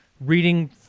reading